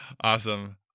awesome